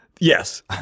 Yes